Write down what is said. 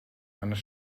eines